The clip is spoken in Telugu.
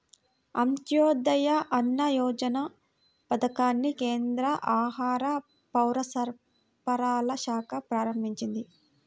అంత్యోదయ అన్న యోజన పథకాన్ని కేంద్ర ఆహార, పౌరసరఫరాల శాఖ ప్రారంభించింది